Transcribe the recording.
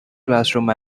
classroom